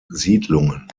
siedlungen